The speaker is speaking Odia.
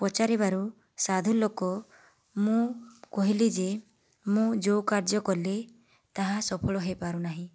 ପଚାରିବାରୁ ସାଧୁ ଲୋକ ମୁଁ କହିଲି ଯେ ମୁଁ ଯେଉଁ କାର୍ଯ୍ୟ କଲେ ତାହା ସଫଳ ହୋଇପାରୁନାହିଁ